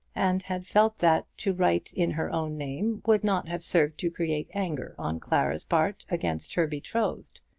and had felt that to write in her own name would not have served to create anger on clara's part against her betrothed.